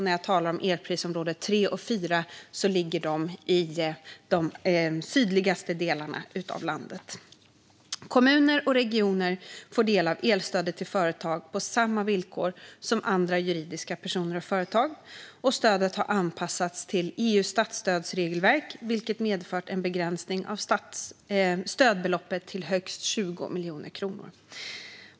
När jag talar om elprisområdena 3 och 4 handlar det om områden i de sydligaste delarna av landet. Kommuner och regioner får del av elstödet till företag på samma villkor som andra juridiska personer och företag. Stödet har anpassats till EU:s statsstödsregelverk, vilket medfört en begränsning av stödbeloppet till högst 20 miljoner kronor.